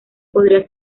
podría